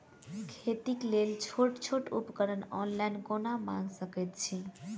खेतीक लेल छोट छोट उपकरण ऑनलाइन कोना मंगा सकैत छी?